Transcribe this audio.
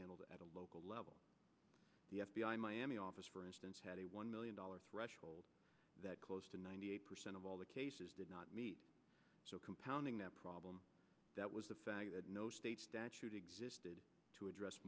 handled at a local level the f b i miami office for instance had a one million dollars threshold that close to ninety eight percent of all the cases did not meet so compounding that problem that was the fact that no state statute existed to address